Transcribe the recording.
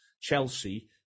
Chelsea